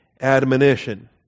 admonition